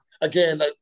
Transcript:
again